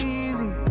easy